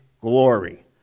glory